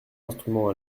instrument